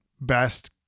best